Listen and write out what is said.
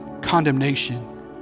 condemnation